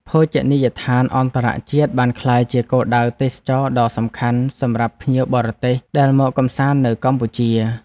ភោជនីយដ្ឋានអន្តរជាតិបានក្លាយជាគោលដៅទេសចរណ៍ដ៏សំខាន់សម្រាប់ភ្ញៀវបរទេសដែលមកកម្សាន្តនៅកម្ពុជា។